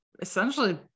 essentially